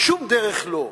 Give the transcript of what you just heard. בשום דרך לא.